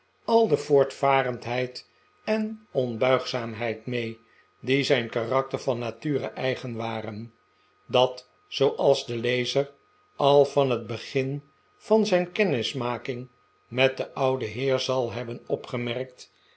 al de voortvarendheid en onbuigzaamheid mee die zijn karakter van nature eigen waren dat zooals de lezer al van het begin van zijn kennismaking met den ouden heer zal hebben opgemerkt